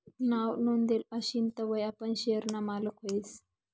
नाव नोंदेल आशीन तवय आपण शेयर ना मालक व्हस